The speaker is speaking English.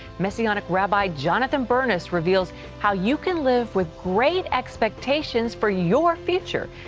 messianic rabbi jonathan ernest reveals how you can live with great expectations for your future.